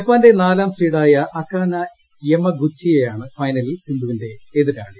ജപ്പാന്റെ നാലാം സീഡായ അകാനേ യമഗുച്ചിയാണ് ഫൈനലിൽ സിന്ധുവിന്റെ എതിരാളി